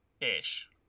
ish